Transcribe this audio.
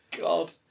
God